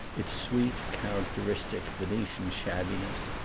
its sweet, characteristic venetian shabbiness.